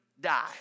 die